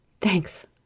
Thanks